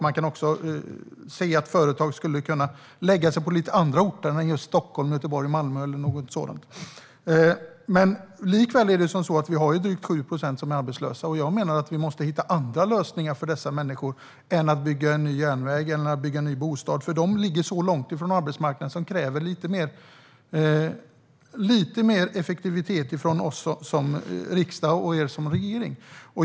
Företag kanske också skulle ha kunnat etablera sig på andra orter än just Stockholm, Göteborg och Malmö. Likväl har vi drygt 7 procent som är arbetslösa. Jag menar att vi måste hitta andra lösningar för dessa människor än att bygga en ny järnväg eller en ny bostad. De står så långt från arbetsmarknaden att det krävs lite mer effektivitet från oss som riksdag och er som regering.